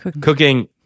Cooking